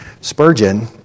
Spurgeon